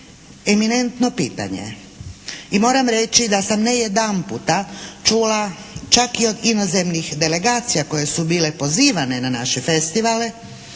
eminentno pitanje. I moram reći da sam ne jedanputa čula čak i od inozemnih delegacija koje su bile pozivane na naše festivale